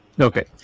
Okay